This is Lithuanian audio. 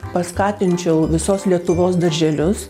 paskatinčiau visos lietuvos darželius